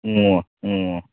ꯑꯣ ꯑꯣ